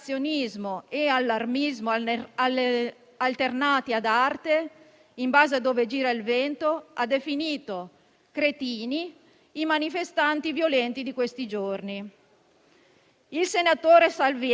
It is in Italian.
Per fortuna, l'Italia si è trovata ad affrontare una tempesta senza precedenti con un Governo responsabile e che lavora. L'attività legislativa e amministrativa messa in campo in questi